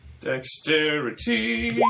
Dexterity